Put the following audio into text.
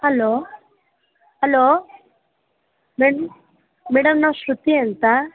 hello hello madam madam ನಾವು ಶ್ರುತಿ ಅಂತ